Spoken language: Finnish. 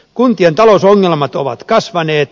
kuntien talousongelmat ovat kasvaneet